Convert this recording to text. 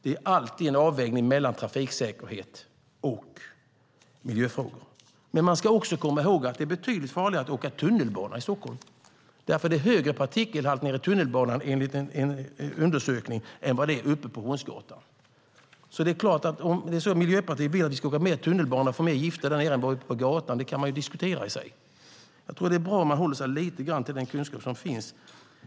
Det är alltid en avvägning mellan trafiksäkerhet och miljöfrågor, men man ska också komma ihåg att det är betydligt farligare att åka tunnelbana i Stockholm. Enligt en undersökning är det nämligen högre partikelhalt nere i tunnelbanan än vad det är uppe på Hornsgatan. Om Miljöpartiet vill att vi ska åka mer tunnelbana och få i oss mer gifter där nere än vad vi får uppe på gatan kan vi diskutera det i sig. Jag tror att det är bra om man håller sig lite grann till den kunskap som finns.